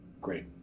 Great